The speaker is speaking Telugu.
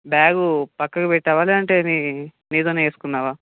బ్యాగ్ పక్కకు పెట్టావా లేదంట అది మీదనే ఏసుకున్నావా